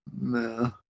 No